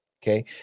Okay